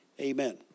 Amen